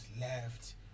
left